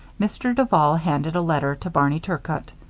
mr. duval handed a letter to barney turcott.